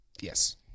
Yes